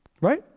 Right